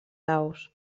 daus